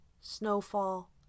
snowfall